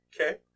Okay